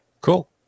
Cool